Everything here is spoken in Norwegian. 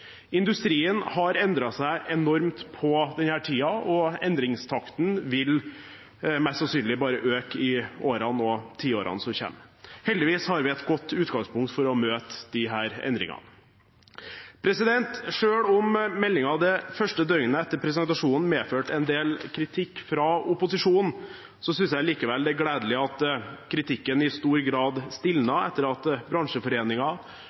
Industrien har endret seg enormt på denne tiden, og endringstakten vil mest sannsynlig bare øke i årene og tiårene som kommer. Heldigvis har vi et godt utgangspunkt for å møte disse endringene. Selv om meldingen det første døgnet etter presentasjonen medførte en del kritikk fra opposisjonen, synes jeg likevel det er gledelig at kritikken i stor grad